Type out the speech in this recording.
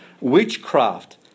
witchcraft